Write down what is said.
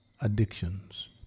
Addictions